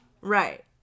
right